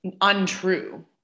untrue